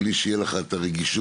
בלי שיהיה לך את הרגישות,